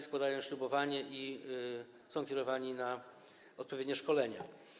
Składają ślubowanie i są kierowani na odpowiednie szkolenia.